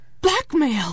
blackmail